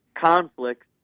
conflicts